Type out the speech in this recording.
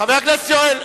חבר הכנסת יואל,